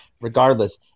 regardless